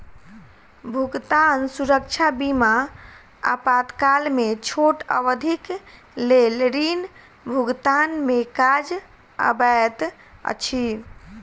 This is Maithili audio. भुगतान सुरक्षा बीमा आपातकाल में छोट अवधिक लेल ऋण भुगतान में काज अबैत अछि